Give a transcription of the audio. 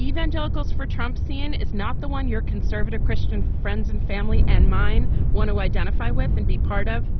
evangelicals for trump, sin is not the one your conservative christian friends and family and mine want to identify with and be part of.